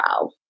Wow